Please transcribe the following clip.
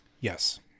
Yes